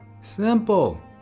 Simple